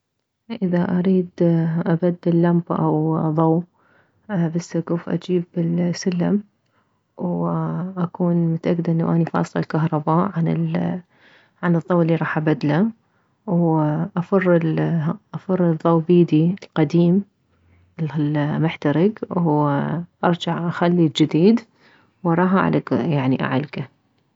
اذا اريد ابدل لمبة او ضو بالسكف اجيب السلم واكون متاكدة انه اني فاصلة الكهرباء عن الضو الي راح ابدله وافر افر الضو بيدي القديم المحترك وارجع اخلي الجديد وراها اعلك يعني اعلكه